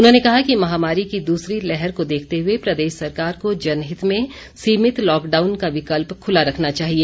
उन्होंने कहा कि महामारी की दूसरी लहर को देखते हए प्रदेश सरकार को जनहित में सीमित लॉकडाउन का विकल्प खुला रखना चाहिए